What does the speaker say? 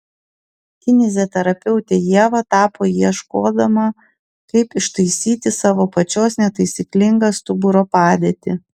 kineziterapeute ieva tapo ieškodama kaip ištaisyti savo pačios netaisyklingą stuburo padėtį